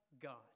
God